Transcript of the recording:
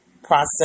Process